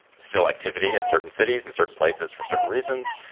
still activity in certain cities and certain places for certain reasons.